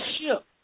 ship